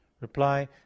Reply